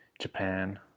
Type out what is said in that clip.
Japan